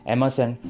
Emerson